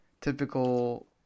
typical